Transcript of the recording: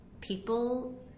people